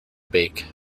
bake